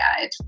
guide